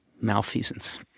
malfeasance